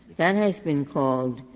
that has been called,